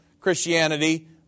Christianity